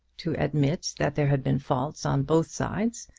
to admit that there had been faults on both sides,